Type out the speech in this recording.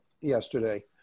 yesterday